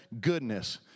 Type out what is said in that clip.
goodness